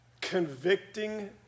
convicting